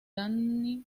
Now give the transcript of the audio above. danny